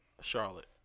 Charlotte